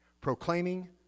Proclaiming